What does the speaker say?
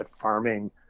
farming